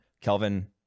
Kelvin